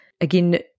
Again